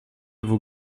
vous